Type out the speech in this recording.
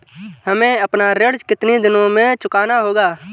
हमें अपना ऋण कितनी दिनों में चुकाना होगा?